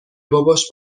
باباش